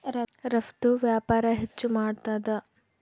ರಫ್ತು ವ್ಯಾಪಾರ ಹೆಚ್ಚು ಮಾಡ್ತಾದ